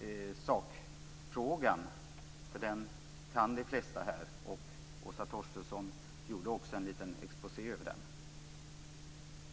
om sakfrågan, för den kan de flesta här. Åsa Torstensson gjorde också en liten exposé över den.